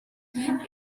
have